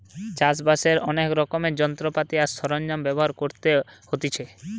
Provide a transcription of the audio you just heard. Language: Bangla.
চাষ বাসের অনেক রকমের যন্ত্রপাতি আর সরঞ্জাম ব্যবহার করতে হতিছে